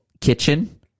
kitchen